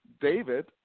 David